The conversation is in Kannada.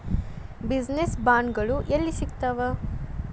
ಬಿಜಿನೆಸ್ ಬಾಂಡ್ಗಳು ಯೆಲ್ಲಿ ಸಿಗ್ತಾವ?